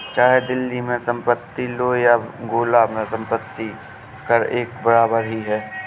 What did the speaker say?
चाहे दिल्ली में संपत्ति लो या गोला में संपत्ति कर एक बराबर ही है